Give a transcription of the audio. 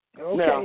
Okay